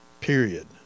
period